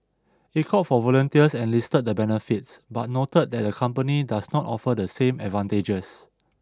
it called for volunteers and listed the benefits but noted that the company does not offer the same advantages